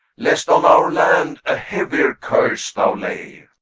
lest on our land a heavier curse thou lay.